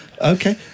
Okay